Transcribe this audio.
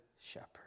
shepherd